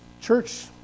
church